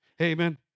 Amen